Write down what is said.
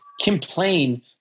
complain